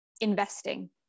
investing